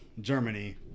germany